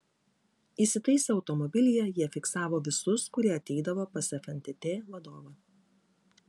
įsitaisę automobilyje jie fiksavo visus kurie ateidavo pas fntt vadovą